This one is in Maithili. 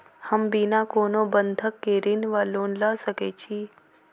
हम बिना कोनो बंधक केँ ऋण वा लोन लऽ सकै छी?